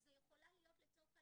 זו יכולה להיות, לצורך העניין,